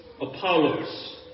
Apollos